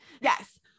Yes